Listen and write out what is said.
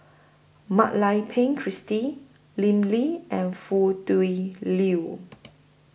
Mak Lai Peng Christine Lim Lee and Foo Tui Liew